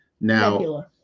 Now